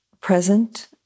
present